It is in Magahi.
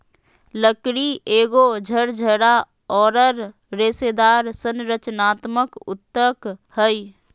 लकड़ी एगो झरझरा औरर रेशेदार संरचनात्मक ऊतक हइ